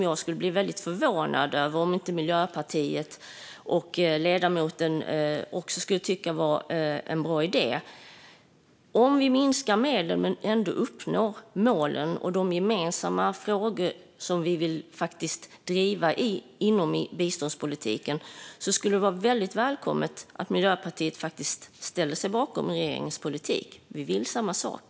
Jag skulle bli väldigt förvånad om inte Miljöpartiet och ledamoten också tycker att det är en bra idé om vi kan minska medlen men ändå nå målen och de gemensamma frågor som vi vill driva inom biståndspolitiken. Det skulle vara välkommet om Miljöpartiet ställde sig bakom regeringens politik. Vi vill samma sak.